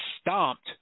stomped